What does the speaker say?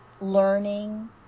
learning